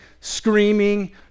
screaming